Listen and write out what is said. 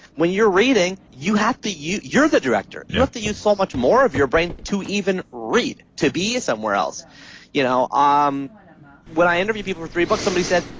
when you're reading, you have to, you're the director. you have to use so much more of your brain to even read, to be somewhere else you know um when i interview people for three books, somebody said,